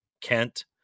Kent